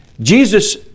Jesus